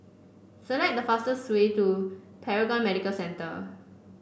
select the fastest way to Paragon Medical Centre